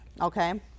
Okay